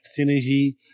Synergy